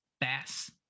bass